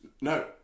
No